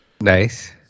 Nice